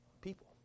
people